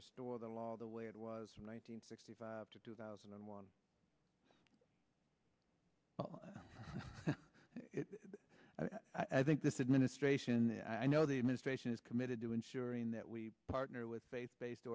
restore the law the way it was from one nine hundred sixty five to two thousand and one if i think this administration and i know the administration is committed to ensuring that we partner with faith based